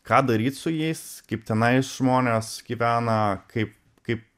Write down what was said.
ką daryt su jais kaip tenai žmonės gyvena kaip kaip